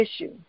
issue